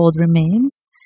remains